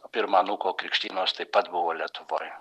o pirmo anūko krikštynos taip pat buvo lietuvoj